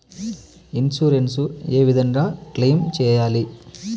Insurance ఏ విధంగా claim సేయాలి?